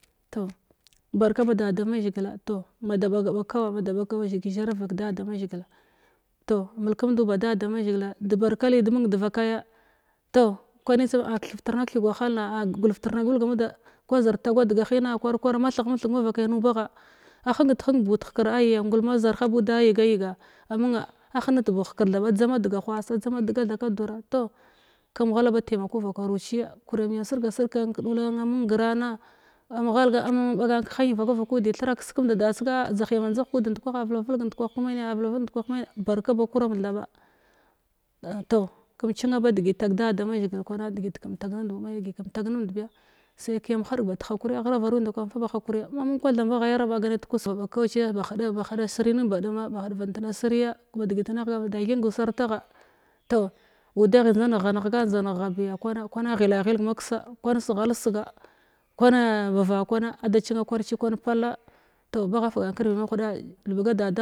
Toh barkaba da da mazhigil toh mada ɓaga ɓaga kawa mada ɓag zhi zharav vak da. Da mazhigila toh mulkəmndu ba da da mazhigila ɗabarka lide mung devakaya toh kwanim tsum a kethef tirna ketheg wahalan áa gulvtirna gulga a muda kwa zir tagwa dega gena kwar kwar mathefhen thig mavakai nubagha a henget heng bu dehekirda agya ngulma zarha buda adzama dega hwa adzama dega thaka dura toh kəm ghala ba taimaku vakaru aiya kuram yi am srga sirg kan kədula na mungra na am ghalga am ɓagan kəhai vaka vakuci thra keskəmda da sega szanhga mant dzahig kud ndekwaha velama velg ndkwah kəmena a velva ndkwah men barka ba kuram thaɓa an toh kəm cina ba degot tag da da mazhigil kwana degit kəm tag numnd biya me degit kəm tag numnd biya sai kiya hadəg bad hakuriya ma mung kwathamba ghayar ba heɗasiri nin baduma ba hedvant na siriya thenga sartagha toh budaghi njda neghga neghga njda neghghe biya kwana ghila ghilg maksa kwan seghal sega kwana ba vakwana a cina kwar cikwan palla loh bagha fugan kirviɗ mahuɗa elibaga da dagh